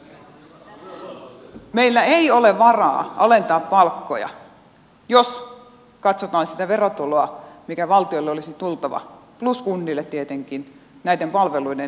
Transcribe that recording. meillä ei ole varaa alentaa palkkoja jos katsotaan sitä verotuloa mikä valtiolle olisi tultava plus kunnille tietenkin näiden palveluiden ja yhteiskunnan toimimiseksi